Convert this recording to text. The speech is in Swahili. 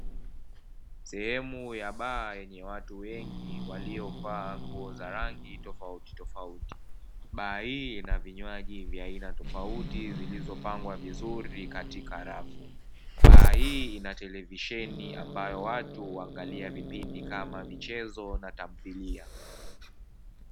Sehemu ya baa yenye watu wengi waliovaa ngozi za rangi tofautitofauti, baa hii ina vinywaji vya aina tofauti vilivyopangwa vizuri katika rafu, baa hii ina televisheni ambayo watu huangalia vipindi kama michezo na tamthilia.